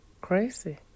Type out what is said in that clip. Crazy